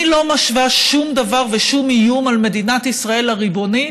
אני לא משווה שום דבר ושום איום על מדינת ישראל הריבונית